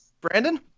Brandon